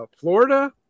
Florida